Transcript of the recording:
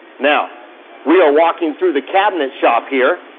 now we are walking through the cabinet shop here.